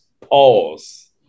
pause